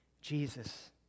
Jesus